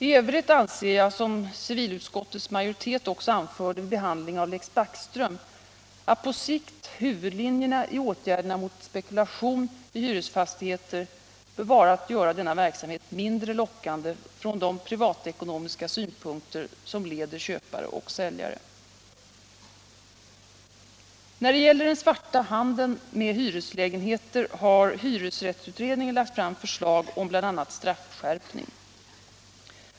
I övrigt anser jag, som civilutskottets majoritet också anförde vid behandlingen av Lex Backström, att på sikt huvudlinjen i åtgärderna mot spekulation i hyresfastigheter bör vara att göra denna verksamhet mindre lockande från de privatekonomiska synpunkter som leder köpare och säljare. När det gäller den svarta handeln med hyreslägenheter har hyresrättsutredningen lagt fram förslag om bl.a. straffskärpning.